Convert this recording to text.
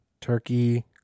turkey